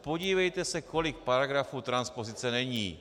Podívejte se, kolik paragrafů transpozice není.